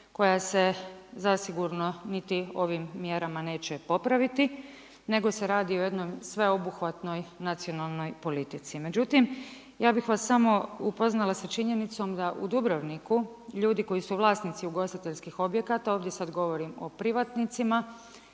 koja se zasigurno niti ovim mjerama neće popraviti nego se radi o jednoj sveobuhvatnoj nacionalnoj politici. Međutim, ja bih vas samo upoznala sa činjenicom da u Dubrovniku ljudi koji su vlasnici ugostiteljskih objekata, ovdje sada govorim o privatnicima